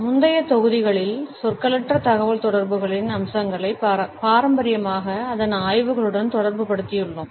முந்தைய தொகுதிகளில் சொற்களற்ற தகவல்தொடர்புகளின் அம்சங்களை பாரம்பரியமாக அதன் ஆய்வுகளுடன் தொடர்புபடுத்தியுள்ளோம்